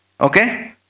Okay